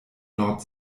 nord